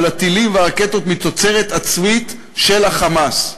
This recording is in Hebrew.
הטילים והרקטות מתוצרת עצמית של ה"חמאס".